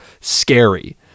scary